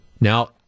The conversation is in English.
Now